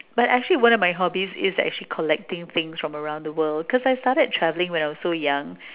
but actually one of my hobbies is actually collecting things from around the world because I started travelling when I was so young